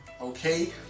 Okay